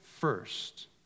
first